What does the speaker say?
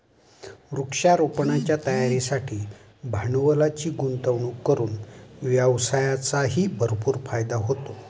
वृक्षारोपणाच्या तयारीसाठी भांडवलाची गुंतवणूक करून व्यवसायाचाही भरपूर फायदा होतो